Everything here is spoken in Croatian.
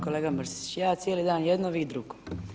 Kolega Mrsić, ja cijeli dan jedno vi drugo.